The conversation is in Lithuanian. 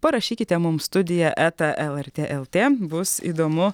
parašykite mum studija eta lrt lt bus įdomu